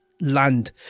land